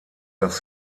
dass